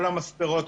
כל המספרות,